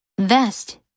Vest